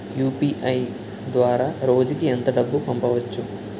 UPI ద్వారా రోజుకి ఎంత డబ్బు పంపవచ్చు?